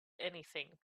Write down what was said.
anything